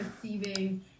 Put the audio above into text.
perceiving